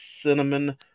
Cinnamon